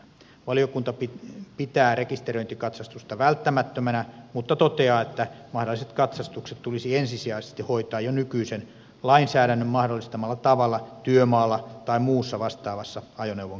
valiokunta pitää rekisteröintikatsastusta välttämättömänä mutta toteaa että mahdolliset katsastukset tulisi ensisijaisesti hoitaa jo nykyisen lainsäädännön mahdollistamalla tavalla työmaalla tai muussa vastaavassa ajoneuvon käyttöpaikassa